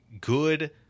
good